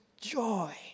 joy